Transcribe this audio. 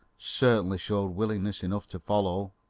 certainly showed willingness enough to follow.